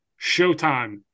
Showtime